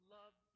love